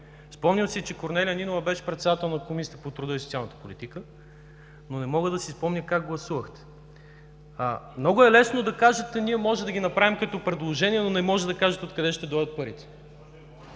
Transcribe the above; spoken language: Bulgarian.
спомням си, че Корнелия Нинова беше председател на Комисията по труда и социалната политика, но не мога да си спомня как гласувахте. Много е лесно да кажете: „Ние можем да ги направим като предложения“, но не можете да кажете откъде ще дойдат парите.